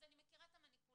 אז אני מכירה את המניפולציות